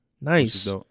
nice